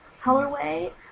colorway